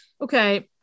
okay